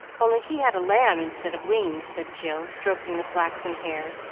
only he had a lamb instead of wings, said jill, stroking the flaxen hair,